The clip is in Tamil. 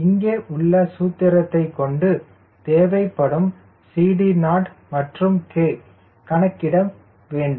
இங்கே உள்ள சூத்திரத்தை கொண்டு தேவைப்படும் CD0 மற்றும் K கணக்கிட வேண்டும்